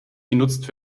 genutzt